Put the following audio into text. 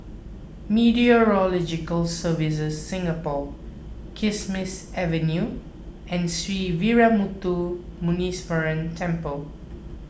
Meteorological Services Singapore Kismis Avenue and Sree Veeramuthu Muneeswaran Temple